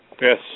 Yes